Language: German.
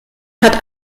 hat